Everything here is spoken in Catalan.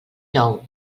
nou